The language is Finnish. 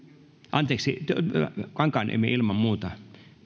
anteeksi kankaanniemi ilman muuta